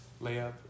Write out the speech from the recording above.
layup